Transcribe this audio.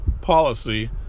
policy